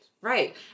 right